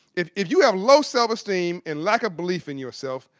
if if you have low self-esteem and lack of belief in yourself,